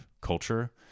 culture